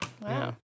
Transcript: Wow